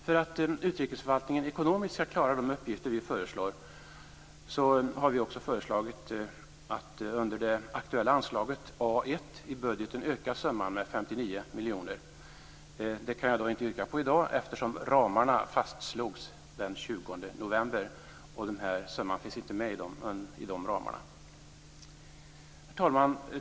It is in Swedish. För att utrikesförvaltningen ekonomiskt skall klara de uppgifter vi föreslår har vi också föreslagit att under det aktuella anslaget A 1 i budgeten öka summan med 59 miljoner kronor. Det kan jag inte yrka på i dag eftersom ramarna fastslogs den 20 november, och den här summan finns inte med i de ramarna. Herr talman!